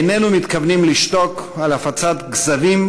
איננו מתכוונים לשתוק על הפצת כזבים